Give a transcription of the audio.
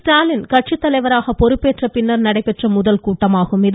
ஸ்டாலின் கட்சித்தலைவராக பொறுப்பேற்ற பின்னர் நடைபெறும் முதல் கூட்டமாகும் இது